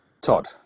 Todd